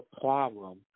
problem